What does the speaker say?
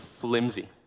flimsy